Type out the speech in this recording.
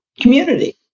community